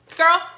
girl